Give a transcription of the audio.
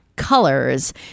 colors